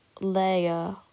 ...layer